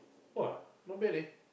!wah! not bad leh